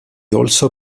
also